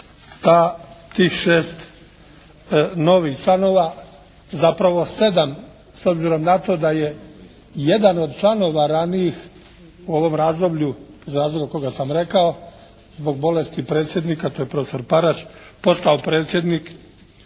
tih šest novih članova, zapravo sedam s obzirom na to da je jedan od članova ranijih u ovom razdoblju iz razloga kojeg sam rekao zbog bolesti predsjednika a to je profesor Parać postao predsjednik